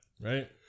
right